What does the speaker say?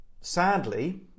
sadly